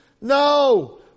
No